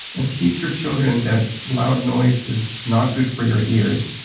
and teach your children that loud noise is not good for your ears,